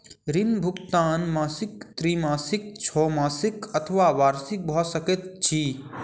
ऋण भुगतान मासिक त्रैमासिक, छौमासिक अथवा वार्षिक भ सकैत अछि